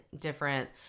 different